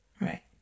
Right